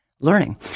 learning